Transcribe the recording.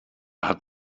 hat